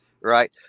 Right